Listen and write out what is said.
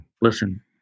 Listen